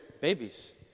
babies